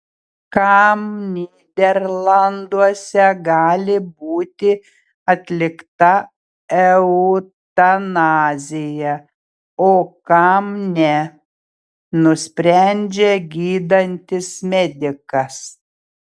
kam nyderlanduose gali būti atlikta eutanazija o kam ne nusprendžia gydantis medikas